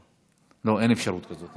לא, אין אפשרות כזאת.